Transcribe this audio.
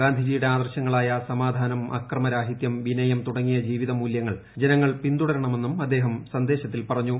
ഗാന്ധിജിയുടെ ആദർശങ്ങളായ സമാധാനം അക്രമരാഹിതൃം വിനയം തുടങ്ങിയ ജീവിത മൂല്യങ്ങൾ ജനങ്ങൾ പിന്തുട്ട്രുണമെന്നും അദ്ദേഹം സന്ദേശത്തിൽ പറഞ്ഞു